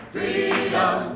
Freedom